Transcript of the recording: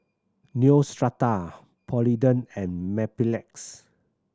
Neostrata Polident and Mepilex